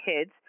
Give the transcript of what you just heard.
kids